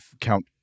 Count